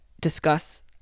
discuss